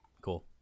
cool